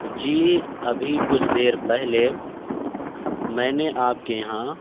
جی ابھی کچھ دیر پہلے میں نے آپ کے یہاں